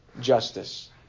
justice